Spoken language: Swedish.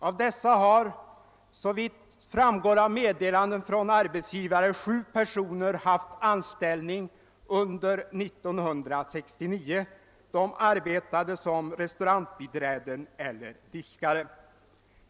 Av dessa har, såvitt framgår av meddelanden från arbetsgivare, 7 personer haft anställning under 1969. De arbetade såsom restaurangbiträden eller diskare.